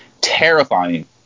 terrifying